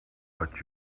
but